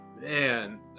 Man